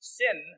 sin